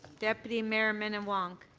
deputy mayor minnan-wong.